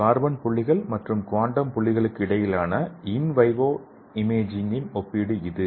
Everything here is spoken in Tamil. கார்பன் புள்ளிகள் மற்றும் குவாண்டம் புள்ளிகளுக்கு இடையிலான இன் விவோ இமேஜிங்கின் ஒப்பீடு இது